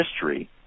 history